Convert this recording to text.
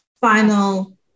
final